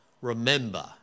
Remember